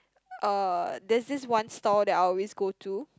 uh there's this one stall that I always go to